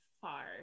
Far